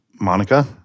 Monica